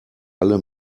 alle